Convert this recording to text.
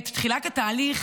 את תחילת התהליך